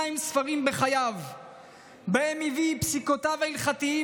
ב-52 ספרים שבהם הביא את פסיקותיו ההלכתיות,